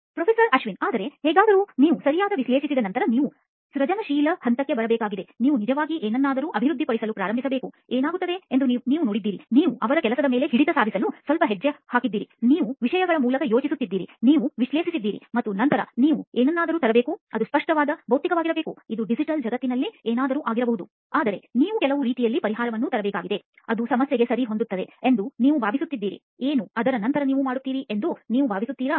professor Ashwin ಆದರೆ ಹೇಗಾದರೂ ನೀವು ಸರಿಯಾಗಿ ವಿಶ್ಲೇಷಿಸಿದ ನಂತರ ನೀವು ಸೃಜನಶೀಲ ಹಂತಕ್ಕೆ ಬರಬೇಕಾಗಿದೆ ನಾವು ನಿಜವಾಗಿ ಏನನ್ನಾದರೂ ಅಭಿವೃದ್ಧಿಪಡಿಸಲು ಪ್ರಾರಂಭಿಸಬೇಕು ಏನಾಗುತ್ತದೆ ಎಂದು ನೀವು ನೋಡಿದ್ದೀರಿ ನೀವು ಅವರ ಕೆಲಸದ ಮೇಲೆ ಹಿಡಿತ ಸಾಧಿಸಿಸಲು ಸ್ವಲ್ಪ ಹೆಜ್ಜೆ ಹಾಕಿದ್ದೀರಿ ನೀವು ವಿಷಯಗಳ ಮೂಲಕ ಯೋಚಿಸಿದ್ದೀರಿ ನೀವು ವಿಶ್ಲೇಷಿಸಿದ್ದೀರಿ ಮತ್ತು ನಂತರ ನೀವು ಏನನ್ನಾದರೂ ತರಬೇಕು ಅದು ಸ್ಪಷ್ಟವಾದ ಭೌತಿಕವಾಗಬಹುದು ಇದು ಡಿಜಿಟಲ್ ಜಗತ್ತಿನಲ್ಲಿ ಏನಾದರೂ ಆಗಿರಬಹುದು ಆದರೆ ನೀವು ಕೆಲವು ರೀತಿಯಲ್ಲಿ ಪರಿಹಾರವನ್ನು ತರಬೇಕಾಗಿದೆ ಅದು ಸಮಸ್ಯೆಗೆ ಸರಿಹೊಂದುತ್ತದೆ ಎಂದು ನೀವು ಭಾವಿಸುತ್ತೀರಿ ಏನು ಅದರ ನಂತರ ನೀವು ಮಾಡುತ್ತೀರಿ ಎಂದು ನೀವು ಭಾವಿಸುತ್ತೀರಾ